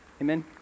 Amen